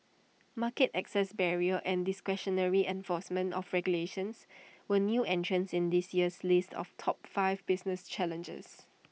market access barriers and discretionary enforcement of regulations were new entrants in this year's list of top five business challenges